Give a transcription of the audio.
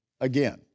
again